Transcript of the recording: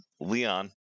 Leon